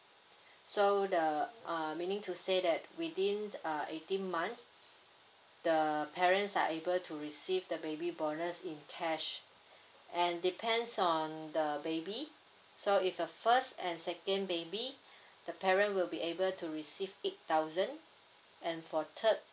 so the uh meaning to say that within uh eighteen months the parents are able to receive the baby bonus in cash and depends on the baby so if your first and second baby the parent will be able to receive eight thousand and for third